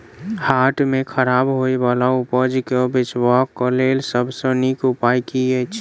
हाट मे खराब होय बला उपज केँ बेचबाक क लेल सबसँ नीक उपाय की अछि?